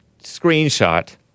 Screenshot